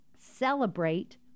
celebrate